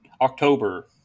October